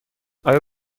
آیا